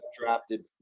drafted